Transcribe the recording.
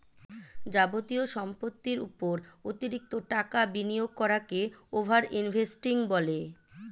যাবতীয় সম্পত্তির উপর অতিরিক্ত টাকা বিনিয়োগ করাকে ওভার ইনভেস্টিং বলে